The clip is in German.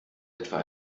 etwa